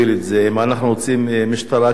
אם אנחנו רוצים משטרה קלאסית.